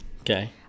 Okay